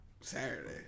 Saturday